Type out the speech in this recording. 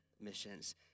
missions